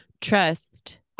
Trust